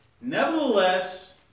Nevertheless